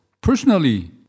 personally